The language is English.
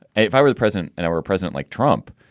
if i were the president and our president, like trump,